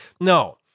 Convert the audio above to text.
No